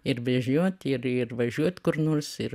ir vežioti ir ir važiuot kur nors ir